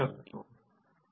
हे 1 वाइंडिंग आहे